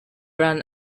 run